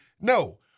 No